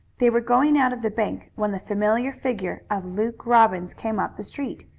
they were going out of the bank when the familiar figure of luke robbins came up the street.